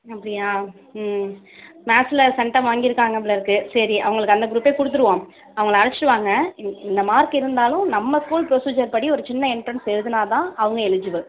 அப்படியா ம் மேக்ஸில் சென்டம் வாங்கியிருக்காங்க போலிருக்கு சரி அவங்களுக்கு அந்த குரூப்பே கொடுத்துருவோம் அவங்கள அழைச்சுட்டு வாங்க இன் இந்த மார்க் இருந்தாலும் நம்ம ஸ்கூல் ப்ரோஸிச்சர் படி ஒரு சின்ன எண்ட்ரன்ஸ் எழுதுனால் தான் அவங்க எலிஜிபிள்